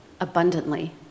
abundantly